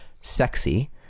sexy